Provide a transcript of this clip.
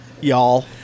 y'all